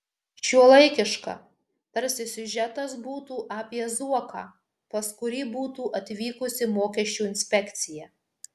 šiuolaikiška tarsi siužetas būtų apie zuoką pas kurį būtų atvykusi mokesčių inspekcija